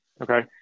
Okay